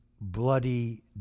bloody